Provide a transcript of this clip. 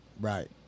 Right